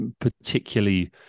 particularly